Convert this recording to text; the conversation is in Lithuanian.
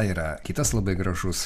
yra kitas labai gražus